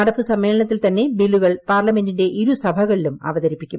നട്ട്പ്പ് സമ്മേളനത്തിൽ തന്നെ ബില്ലുകൾ പാർലമെന്റിന്റെ ഇരുസഭകളിലും അവതരിപ്പിക്കും